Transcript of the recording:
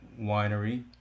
winery